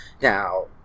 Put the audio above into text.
Now